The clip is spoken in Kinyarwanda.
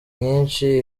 nyinshi